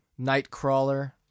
Nightcrawler